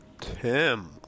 Tim